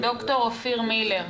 ד"ר אופיר מילר.